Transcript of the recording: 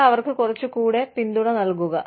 നിങ്ങൾ അവർക്ക് കുറച്ച് കൂടെ പിന്തുണ നൽകുക